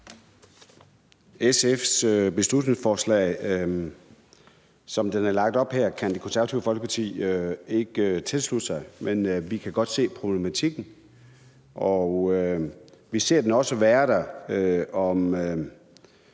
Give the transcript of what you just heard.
SF's beslutningsforslag er fremsat her, kan Det Konservative Folkeparti ikke tilslutte sig det. Vi kan godt se problematikken, og vi ser den også være der om